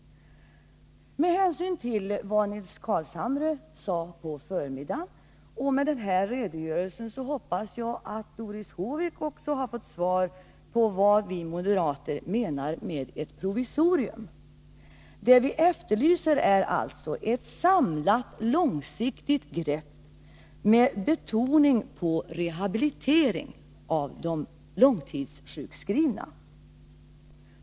Med tanke på vad Nils Carlshamre sade på förmiddagen och med hänvisning till den redogörelse som jag nu lämnat hoppas jag att Doris Håvik har fått svar på sin fråga om vad vi moderater menar med ett provisorium. Vad vi efterlyser är alltså ett samlat långsiktigt grepp med betoning på rehabilitering av de långtidssjukskrivna.